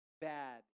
bad